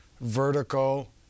vertical